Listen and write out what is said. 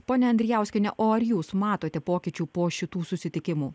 ponia andrijauskiene o ar jūs matote pokyčių po šitų susitikimų